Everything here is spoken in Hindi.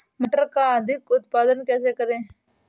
मटर का अधिक उत्पादन कैसे करें?